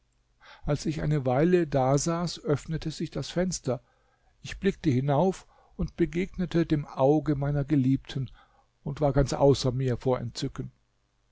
als ich eine weile dasaß öffnete sich das fenster ich blickte hinauf und begegnete dem auge meiner geliebten und war ganz außer mir vor entzücken